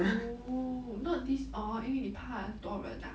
oo not this orh 因为你怕他很多人啊